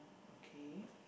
okay